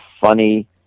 funny